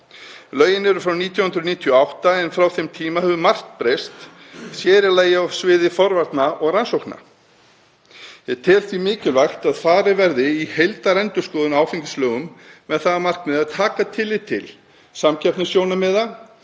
Lögin eru frá 1998, en frá þeim tíma hefur margt breyst, sér í lagi á sviði forvarna og rannsókna. Ég tel því mikilvægt að farið verði í heildarendurskoðun á áfengislögum með það að markmiði að taka tillit til samkeppnissjónarmiða,